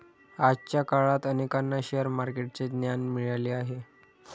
आजच्या काळात अनेकांना शेअर मार्केटचे ज्ञान मिळाले आहे